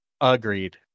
agreed